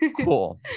cool